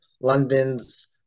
London's